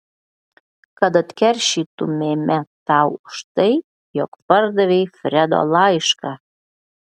kad atkeršytumėme tau už tai jog pardavei fredo laišką